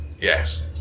Yes